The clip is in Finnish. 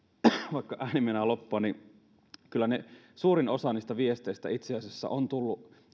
vaikka ääni meinaa loppua että kyllä suurin osa niistä viesteistä itse asiassa on tullut